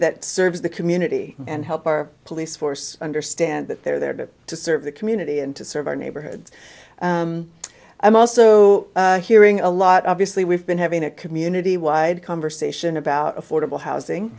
that serves the community and help our police force understand that they're there to serve the community and to serve our neighborhoods i'm also hearing a lot obviously we've been having a community wide conversation about affordable housing